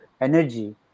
energy